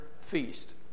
feast